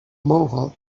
mohawk